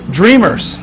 dreamers